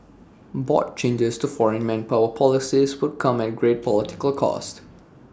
broad changes to foreign manpower policies would come at great political cost